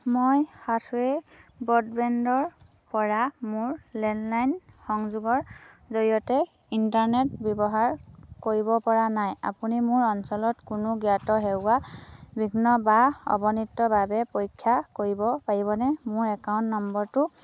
মই হাথৱে ব্ৰডবেণ্ডৰপৰা মোৰ লেণ্ডলাইন সংযোগৰ জৰিয়তে ইণ্টাৰনেট ব্যৱহাৰ কৰিব পৰা নাই আপুনি মোৰ অঞ্চলত কোনো জ্ঞাত সেৱা বিঘ্ন বা অৱনতিৰ বাবে পৰীক্ষা কৰিব পাৰিবনে মোৰ একাউণ্ট নম্বৰটো